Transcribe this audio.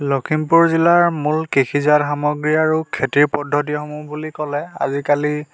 লখিমপুৰ জিলাৰ মূল কৃষিজাত সামগ্ৰী আৰু খেতিৰ পদ্ধতিসমূহ বুলি ক'লে আজিকালি